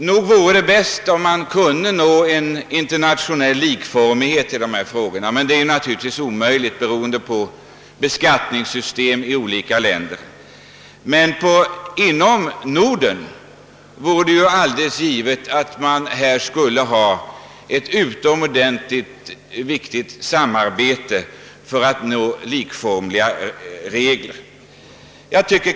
Nog vore det bäst om man kunde uppnå internationell likformighet när det gäller dessa frågor, men det är naturligtvis omöjligt på grund av de skilda beskattningssystemen i olika länder. I Norden borde vi emellertid kunna samarbeta för att åstadkomma likformiga regler.